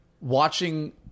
watching